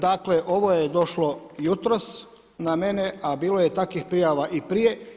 Dakle, ovo je došlo jutros na mene, a bilo je takvih prijava i prije.